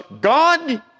God